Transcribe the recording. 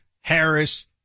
Harris